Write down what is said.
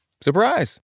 surprise